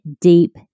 deep